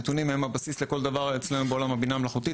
נתונים הם הבסיס לכל דבר אצלנו בעולם הבינה המלאכותית